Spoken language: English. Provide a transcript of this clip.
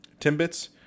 Timbits